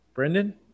Brendan